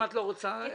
אם את לא רוצה אז לא.